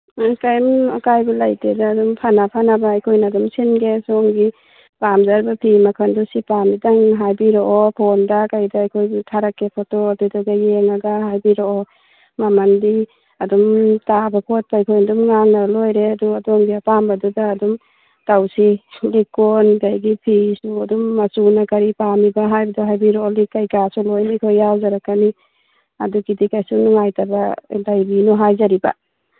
ꯎꯝ ꯀꯩꯝ ꯑꯀꯥꯏꯕ ꯂꯩꯇꯦꯗ ꯑꯗꯨꯝ ꯐꯅ ꯐꯅꯕ ꯑꯩꯈꯣꯏꯅ ꯑꯗꯨꯝ ꯁꯤꯟꯒꯦ ꯁꯣꯝꯒꯤ ꯄꯥꯝꯖꯔꯤꯕ ꯐꯤ ꯃꯈꯜꯗꯨ ꯁꯤ ꯄꯥꯝꯃꯤꯇꯪ ꯍꯥꯏꯕꯤꯔꯛꯑꯣ ꯐꯣꯟꯗ ꯀꯩꯗ ꯑꯩꯈꯣꯏꯁꯨ ꯊꯥꯔꯛꯀꯦ ꯐꯣꯇꯣ ꯑꯗꯨꯗꯨꯒ ꯌꯦꯡꯉꯒ ꯍꯥꯏꯕꯤꯔꯛꯑꯣ ꯃꯃꯜꯗꯤ ꯑꯗꯨꯝ ꯇꯥꯕ ꯈꯣꯠꯄ ꯑꯩꯈꯣꯏ ꯑꯗꯨꯝ ꯉꯥꯡꯅꯔ ꯂꯣꯏꯔꯦ ꯑꯗꯨ ꯑꯗꯣꯝꯒꯤ ꯑꯄꯥꯝꯕꯗꯨꯗ ꯑꯗꯨꯝ ꯇꯧꯁꯤ ꯂꯤꯛ ꯀꯣꯟ ꯑꯗꯒꯤ ꯐꯤꯁꯨ ꯑꯗꯨꯝ ꯃꯆꯨꯅ ꯀꯔꯤ ꯄꯥꯝꯃꯤꯕ ꯍꯥꯏꯕꯗꯣ ꯍꯥꯏꯕꯤꯔꯛꯑꯣ ꯂꯤꯛ ꯀꯩꯀꯥꯁꯨ ꯑꯩꯈꯣꯏ ꯂꯣꯏ ꯌꯥꯎꯖꯔꯛꯀꯅꯤ ꯑꯗꯨꯒꯤꯗꯤ ꯀꯩꯁꯨ ꯅꯨꯡꯉꯥꯏꯇꯕ ꯂꯩꯕꯤꯅꯨ ꯍꯥꯏꯖꯔꯤꯕ